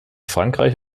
frankreich